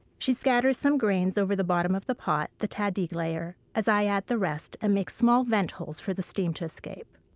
she scatters some grains over the bottom of the pot, the tahdig layer, as i add the rest and make small vent holes for the steam to escape.